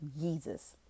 Jesus